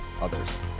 others